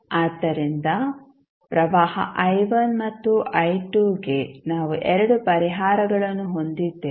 ಆದ್ದರಿಂದ ಪ್ರವಾಹ ಮತ್ತು ಗೆ ನಾವು 2 ಪರಿಹಾರಗಳನ್ನು ಹೊಂದಿದ್ದೇವೆ